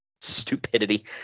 stupidity